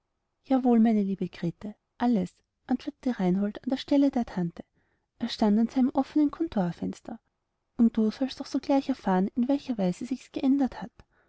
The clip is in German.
jawohl meine liebe grete alles antwortete reinhold an stelle der tante er stand an seinem offenen kontorfenster und du sollst auch sogleich erfahren in welcher weise sich's geändert hat